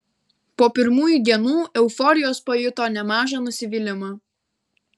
po pirmųjų dienų euforijos pajuto nemažą nusivylimą